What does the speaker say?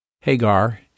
Hagar